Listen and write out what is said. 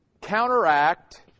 counteract